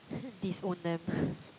disown them